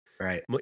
Right